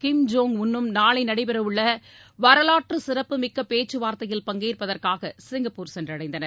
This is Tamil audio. கிம் ஜோங் உன்னும் நாளை நடைபெறவுள்ள வரலாற்று சிறப்புமிக்க பேச்சுவார்த்தையில் பங்கேற்பதற்காக சிங்கப்பூர் சென்றடைந்தனர்